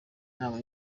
inama